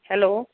hello